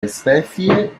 especie